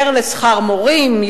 יותר לשכר מורים,